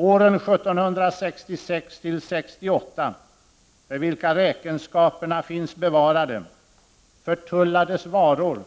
Åren 1766-1768, för vilka räkenskaperna finns bevarade, förtullades varor